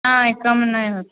नहि कम नहि होत